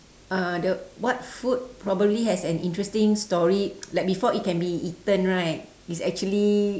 uh the what food probably has an interesting story like before it can be eaten right it's actually